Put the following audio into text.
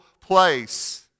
place